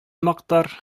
мактар